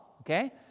Okay